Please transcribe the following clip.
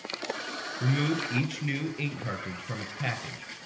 remove each new ink cartridge from its package.